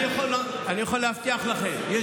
אני יכול להבטיח לכם, יש